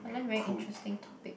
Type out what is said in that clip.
unless very interesting topic